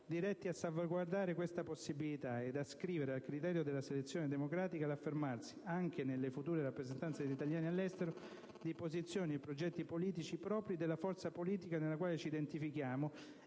diretti a salvaguardare questa possibilità e ad ascrivere al criterio della selezione democratica l'affermarsi, anche nelle future rappresentanze degli italiani all'estero, di posizioni e progetti politici propri della forza politica nella quale ci identifichiamo